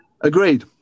Agreed